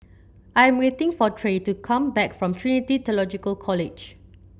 I am waiting for Trae to come back from Trinity Theological College